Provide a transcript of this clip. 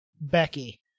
Becky